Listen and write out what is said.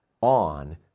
on